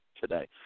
today